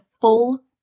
full